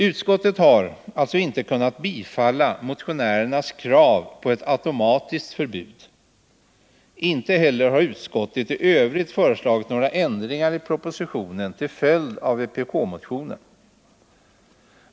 Utskottet har således inte kunnat bifalla motionärernas krav på ett automatiskt förbud. Inte heller har utskottet i övrigt föreslagit några ändringar i propositionen till följd av vpk-motionen.